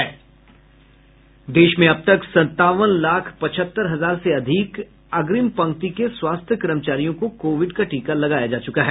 देश में अब तक संतावन लाख पचहत्तर हजार से अधिक अग्रिम पंक्ति के स्वास्थ्य कर्मचारियों को कोविड का टीका लगाया जा चुका है